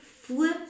flip